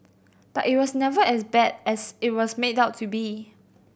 but it was never as bad as it was made out to be